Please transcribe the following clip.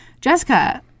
Jessica